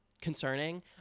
concerning